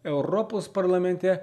europos parlamente